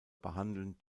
behandeln